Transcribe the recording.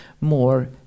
more